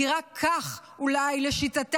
כי רק כך לשיטתם,